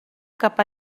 cap